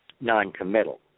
noncommittal